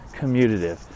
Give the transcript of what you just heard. commutative